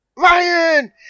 Ryan